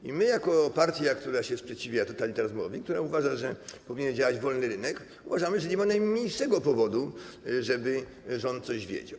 I my jako partia, która się sprzeciwia totalitaryzmowi, która uważa, że powinien działać wolny rynek, uważamy, że nie ma najmniejszego powodu, żeby rząd coś wiedział.